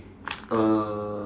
uh